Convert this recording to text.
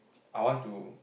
I want to